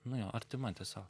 nu jo artima tiesio